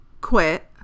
quit